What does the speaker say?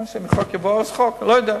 אם חוק יבוא, אז חוק, אני לא יודע.